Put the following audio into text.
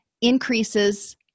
increases